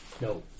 No